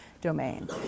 domain